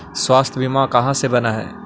स्वास्थ्य बीमा कहा से बना है?